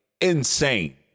insane